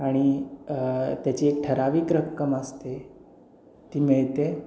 आणि त्याची एक ठराविक रक्कम असते ती मिळते